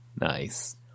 Nice